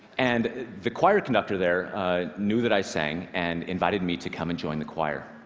and the choir conductor there knew that i sang and invited me to come and join the choir.